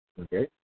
Okay